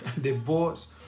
divorce